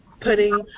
putting